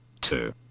two